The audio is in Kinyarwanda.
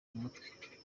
mutwe